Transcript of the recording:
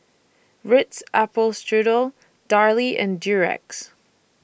Ritz Apple Strudel Darlie and Durex